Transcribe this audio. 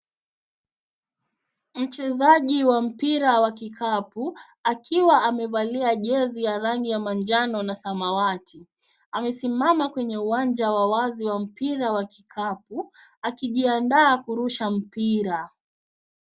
Mchezaji wa mpira wa kikapu, akiwa amevalia jezi ya rangi ya manjano na samawati amesimama kwenye uwanja wa wazi wa mpira wa kikapu, akijiandaa kurusha mpira.